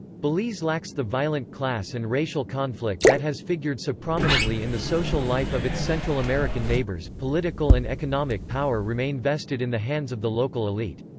belize lacks the violent class and racial conflict that has figured so prominently in the social life of its central american neighbours political and economic power remain vested in the hands of the local elite.